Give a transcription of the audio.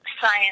science